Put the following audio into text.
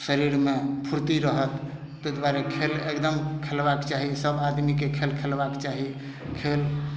शरीरमे फुर्ति रहत तै दुआरे खेल एकदम खेलबाक चाही सब आदमीके खेल खेलबाक चाही खेल